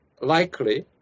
likely